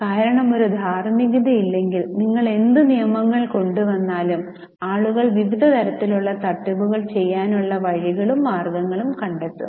കാരണം ഒരു ധാർമ്മികത ഇല്ലെങ്കിൽ നിങ്ങൾ എന്ത് നിയമങ്ങൾ കൊണ്ട് വന്നാലും ആളുകൾ വിവിധ തരത്തിലുള്ള തട്ടിപ്പുകൾ ചെയ്യാനുള്ള വഴികളും മാർഗങ്ങളും കണ്ടെത്തും